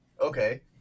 Okay